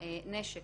לנשק